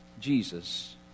Jesus